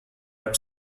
app